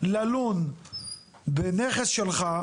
ללון בנכס שלך,